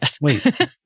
Wait